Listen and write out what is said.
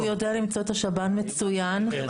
הוא יודע למצוא את השב"ן מצוין והשב"ן נגיש.